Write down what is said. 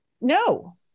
no